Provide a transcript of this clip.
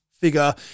figure